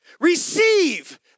receive